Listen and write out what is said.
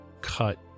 cut